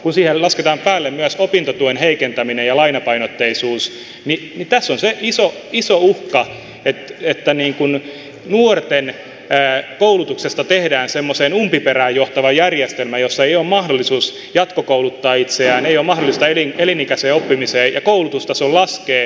kun siihen lasketaan päälle myös opintotuen heikentäminen ja lainapainotteisuus tässä on se iso uhka että nuorten koulutuksesta tehdään semmoiseen umpiperään johtava järjestelmä jossa ei ole mahdollisuutta jatkokouluttaa itseään ei ole mahdollisuutta elinikäiseen oppimiseen ja koulutustaso laskee